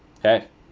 have